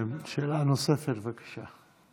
שאלה נוספת, בבקשה.